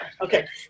Okay